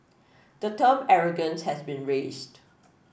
the term arrogance has been raised